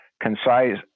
concise